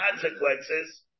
consequences